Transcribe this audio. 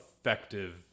effective